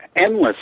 endless